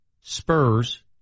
Spurs